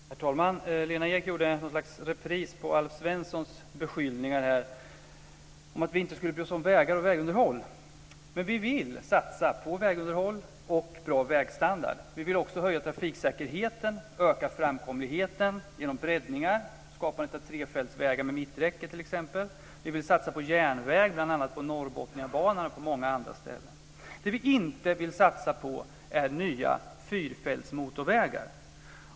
Herr talman! Lena Ek gjorde något slags repris på Alf Svenssons beskyllningar att vi inte skulle bry oss om vägar och vägunderhåll. Men vi vill satsa på vägunderhåll och bra vägstandard. Vi vill också höja trafiksäkerheten och öka framkomligheten genom breddning, t.ex. skapandet av trefältsvägar med mitträcke. Vi vill satsa på järnväg, bl.a. på Norrbotniabanan och på många andra ställen. Det vi inte vill satsa på är nya fyrfältsmotorvägar.